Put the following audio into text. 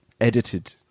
edited